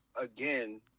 again